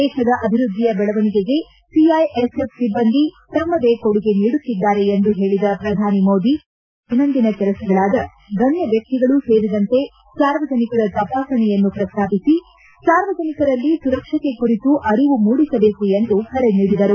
ದೇಶದ ಅಭಿವೃದ್ದಿಯ ಬೆಳವಣಿಗೆಗೆ ಸಿಐಎಸ್ಎಫ್ ಸಿಬ್ಬಂದಿ ತಮ್ನದೇ ಕೊಡುಗೆ ನೀಡುತ್ತಿದ್ದಾರೆ ಎಂದು ಹೇಳಿದ ಪ್ರಧಾನಿ ಮೋದಿ ಸಿಬ್ಬಂದಿಯ ದೈನಂದಿನ ಕೆಲಸಗಳಾದ ಗಣ್ಯ ವ್ಯಕ್ತಿಗಳು ಸೇರಿದಂತೆ ಸಾರ್ವಜನಿಕರ ತಪಾಸಣೆಯನ್ನು ಪ್ರಸ್ತಾಪಿಸಿ ಸಾರ್ವಜನಿಕರಲ್ಲಿ ಸುರಕ್ಷತೆ ಕುರಿತು ಅರಿವು ಮೂಡಿಸಬೇಕು ಎಂದು ಕರೆ ನೀಡಿದರು